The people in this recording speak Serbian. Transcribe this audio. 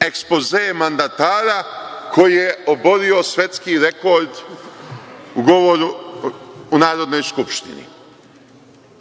ekspoze mandatara koji je oborio svetski rekord u govoru u Narodnoj skupštini.